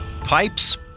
Pipes